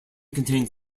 contains